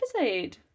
episode